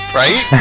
right